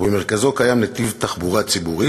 ובמרכזו יש נתיב תחבורה ציבורית.